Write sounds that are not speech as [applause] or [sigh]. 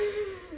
[noise]